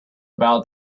about